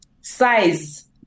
size